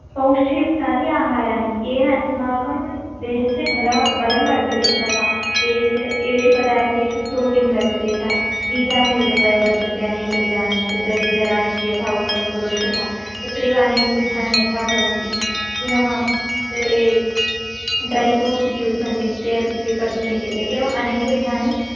पौष्ठ्ययुक्तानि आहाराणि येन अस्माकं देहस्य बलं बलं वर्धते तथा एषः एषु पदार्थेषु प्रोटिन् वर्तते यथा बीजानि विध व वर्तन्ते अनेकविधानि तत्र द्विदलानीति यथा उक्तं पूर्वं तथा तत्रेव अनेकविधानि यथा भवन्ति पुनः त ये ड्रैफ़्रूट्स् इति उच्यन्ते ते अपि स्वीकर्तुं शक्यते एवम् अनेकविधानि